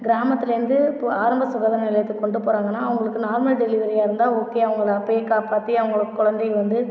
கிராமத்துலேருந்து இப்போ ஆரம்ப சுகாதார நிலையத்துக்கு கொண்டு போகிறாங்க அவங்களுக்கு நார்மல் டெலிவரியா இருந்தால் ஓகே அவங்கள அப்படியே காப்பாத்தி அவங்களோட குழந்தையை வந்து